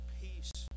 peace